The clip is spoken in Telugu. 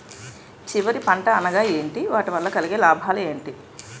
చివరి పంట అనగా ఏంటి వాటి వల్ల కలిగే లాభాలు ఏంటి